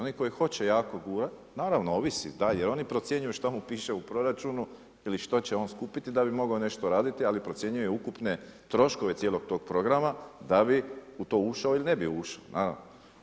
Oni koji hoće jako gurati, naravno, ovisi, da, jer oni procijeniti šta mu piše u proračunu ili što će on skupiti da bi mogao nešto raditi, ali procjenjuje ukupne troškove cijelog tog programa, da bi u to ušao ili ne bi ušao, naravno.